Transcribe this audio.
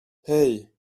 hey